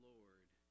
Lord